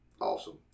awesome